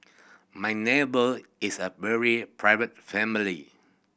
my neighbour is a very private family